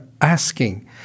asking